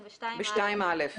ב-2(א).